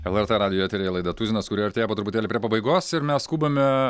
lrt radijo eteryje laida tuzinas kuri artėja po truputėlį prie pabaigos ir mes skubame